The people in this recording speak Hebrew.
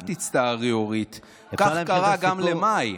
אל תצטערי, אורית, כך קרה גם למאי.